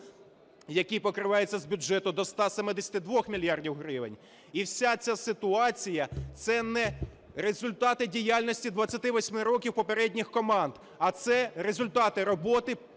який покривається з бюджету, до 172 мільярдів гривень. І вся ця ситуація – це не результати діяльності 28 років попередніх команд, а це результати роботи